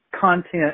content